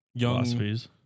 philosophies